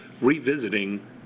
revisiting